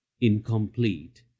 incomplete